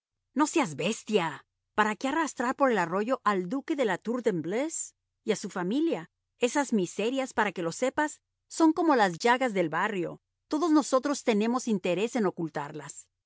no seas bestia para qué arrastrar por el arroyo al duque de la tour de embleuse y a su familia esas miserias para que lo sepas son como las llagas del barrio todos nosotros tenemos interés en ocultarlas